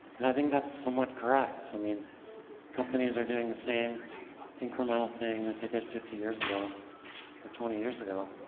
and i think that's somewhat correct. so i mean companies are doing the same incremental thing that they did fifty years ago or twenty years ago.